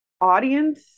audience